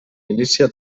milícia